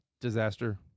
disaster